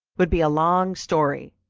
would be a long story,